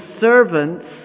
servants